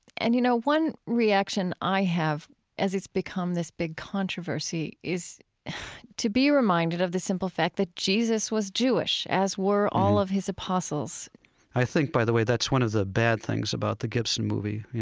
and, you know, one reaction i have as it's become this big controversy is to be reminded of the simple fact that jesus was jewish, as were all of his apostles i think, by the way, that's one of the bad things about the gibson movie, you